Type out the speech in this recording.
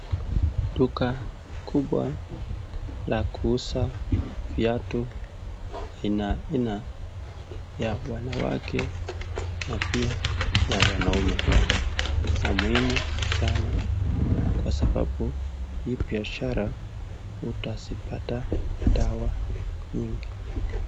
Duka kubwa la kuuza viatu aina aina ya wanawake na pia ya wanaume ya muhimu sana kwa sababu hii biashara utazipata dawa nyingi.